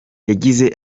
yagize